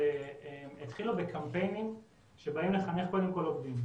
התחילו בקמפיינים שבאים לחנך קודם כול עובדים.